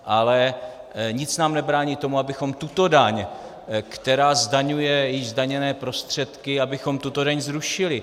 Ale nic nám nebrání v tom, abychom tuto daň, která zdaňuje již zdaněné prostředky, abychom tuto daň zrušili.